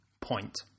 point